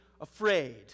afraid